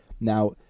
now